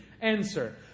answer